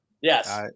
yes